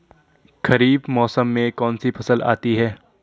खरीफ मौसम में कौनसी फसल आती हैं?